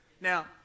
Now